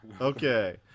Okay